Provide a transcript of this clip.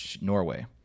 Norway